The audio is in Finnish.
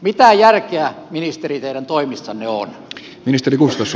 mitä järkeä ministeri teidän toimissanne on